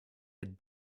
had